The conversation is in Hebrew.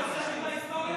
אתה רוצה שהוא ידע היסטוריה?